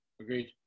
agreed